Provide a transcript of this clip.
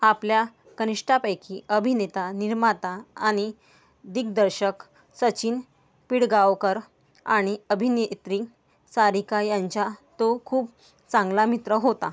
आपल्या कनिष्टापैकी अभिनेता निर्माता आणि दिग्दर्शक सचिन पिळगावकर आणि अभिनेत्री सारिका यांचा तो खूप चांगला मित्र होता